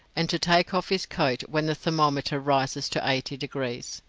and to take off his coat when the thermometer rises to eighty degrees.